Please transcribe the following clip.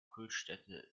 kultstätte